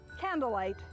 Candlelight